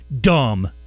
dumb